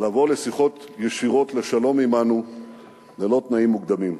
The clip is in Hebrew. לבוא לשיחות ישירות לשלום עמנו ללא תנאים מוקדמים.